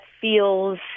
feels